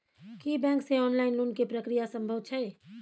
की bank से online loan के प्रक्रिया संभव छै?